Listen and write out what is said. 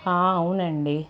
హా అవునండి